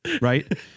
Right